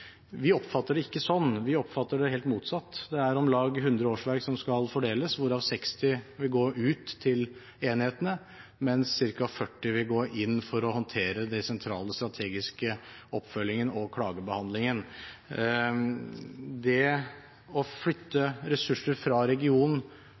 Vi oppfatter det ikke sånn, vi oppfatter det helt motsatt – det er om lag 100 årsverk som skal fordeles, hvorav 60 vil gå ut til enhetene, mens ca. 40 vil gå til å håndtere den sentrale, strategiske oppfølgingen og klagebehandlingen. Det å flytte